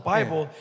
Bible